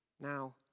now